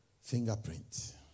fingerprint